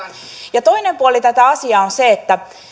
ja toinen puoli tätä asiaa on se että